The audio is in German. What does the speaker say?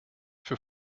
für